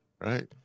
right